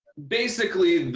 basically,